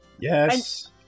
Yes